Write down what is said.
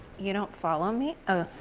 you don't follow me? oh.